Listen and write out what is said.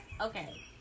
okay